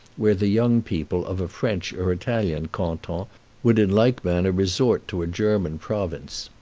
where the young people of a french or italian canton would in like manner resort to a german province.